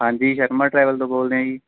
ਹਾਂਜੀ ਸ਼ਰਮਾ ਟਰੈਵਲ ਤੋਂ ਬੋਲਦੇ ਹਾਂ ਜੀ